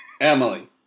Emily